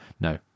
no